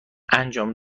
انجام